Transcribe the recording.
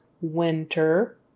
winter